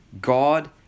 God